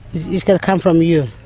it's got to come from you.